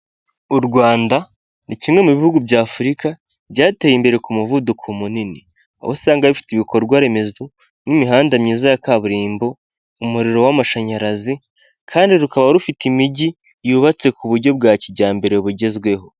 U Rwanda ni kimwe mu bihugu by'Afurika byateye imbere ku muvuduko munini, aho usanga bifite ibikorwa remezo nk'imihanda myiza ya kaburimbo, umuriro w'amashanyarazi kandi rukaba rufite imijyi yubatse ku buryo bwa kijyambere bugezweho.